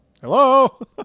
Hello